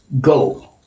go